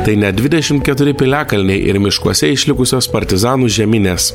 tai ne dvidešim keturi piliakalniai ir miškuose išlikusios partizanų žeminės